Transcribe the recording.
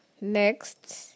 next